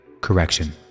correction